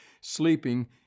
sleeping